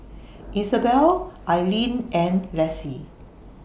Isabelle Ailene and Lassie